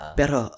pero